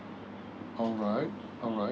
alright alright